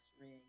ring